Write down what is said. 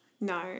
No